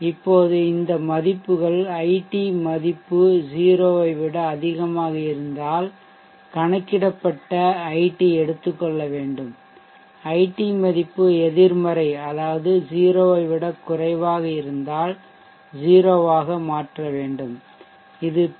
இப்போது இந்த மதிப்புகள் It மதிப்பு 0 ஐ விட அதிகமாக இருந்தால் கணக்கிடப்பட்ட It எடுத்துக்கொள்ள வேண்டும் It மதிப்பு எதிர்மறை அதாவது 0 ஐ விட குறைவாக இருந்தால் 0 ஆக மாற்ற வேண்டும் இது பி